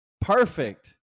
perfect